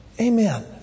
Amen